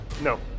No